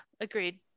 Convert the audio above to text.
agreed